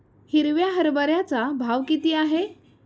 हिरव्या हरभऱ्याचा भाव किती आहे?